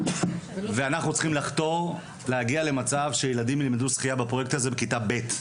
אנחנו צריכים לחתור למצב שילדים ילמדו שחייה בפרויקט הזה בכיתה ב'.